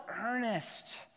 earnest